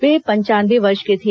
वे पंचानवे वर्ष के थे